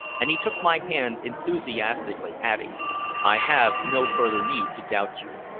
and he took my hand enthusiastically, adding i have no further need to doubt you.